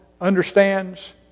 understands